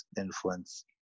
influence